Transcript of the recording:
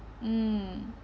mm